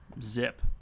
Zip